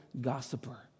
gossiper